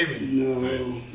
no